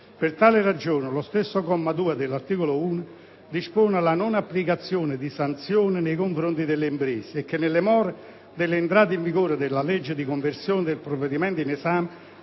Per tale ragione, lo stesso comma 2 dell'articolo 1 dispone la non applicazione di sanzioni nei confronti delle imprese che, nelle more dell'entrata in vigore della legge dì conversione del provvedimento in esame,